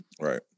Right